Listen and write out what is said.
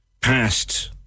past